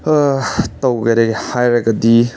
ꯇꯧꯒꯗꯒꯦ ꯍꯥꯏꯔꯒꯗꯤ